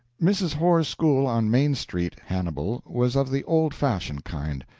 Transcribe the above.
mrs. horr's school on main street, hannibal, was of the old-fashioned kind.